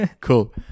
Cool